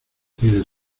tienen